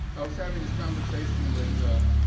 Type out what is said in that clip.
i was having this conversation with